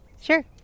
Sure